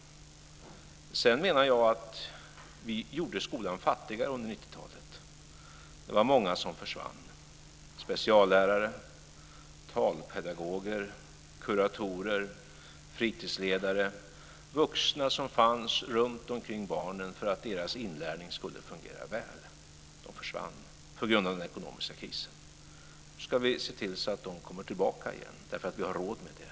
Jag menar att vi gjorde skolan fattigare under 90 talet. Det var många som försvann: speciallärare, talpedagoger, kuratorer, fritidsledare - vuxna som fanns runtomkring barnen för att deras inlärning skulle fungera väl. De försvann på grund av den ekonomiska krisen. Nu ska vi se till så att de kommer tillbaka igen, därför att vi har råd med det.